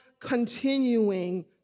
continuing